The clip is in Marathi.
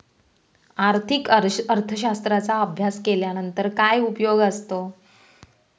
आर्थिक अर्थशास्त्राचा अभ्यास केल्यानंतर काय उपयोग असतो?